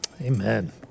Amen